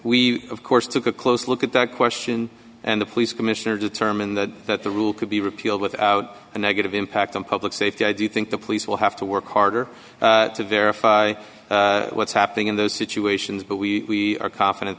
we of course took a close look at that question and the police commissioner determined that the rule could be repealed without a negative impact on public safety i do think the police will have to work harder to verify what's happening in those situations but we are confiden